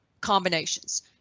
combinations